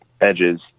edges